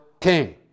king